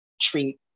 treat